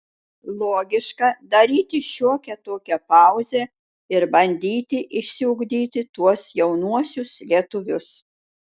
logiška daryti šiokią tokią pauzę ir bandyti išsiugdyti tuos jaunuosius lietuvius